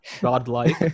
godlike